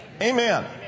Amen